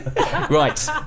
Right